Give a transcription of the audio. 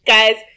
Guys